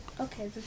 Okay